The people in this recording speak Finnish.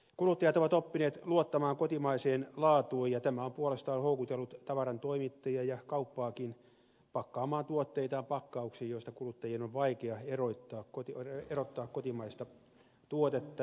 kuluttajat ovat oppineet luottamaan kotimaiseen laatuun ja tämä on puolestaan houkutellut tavarantoimittajia ja kauppaakin pakkaamaan tuotteitaan pakkauksiin joista kuluttajien on vaikea erottaa kotimaista tuotetta